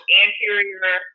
anterior